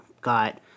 got